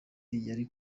yari